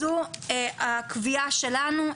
אז זו הקביעה שלנו,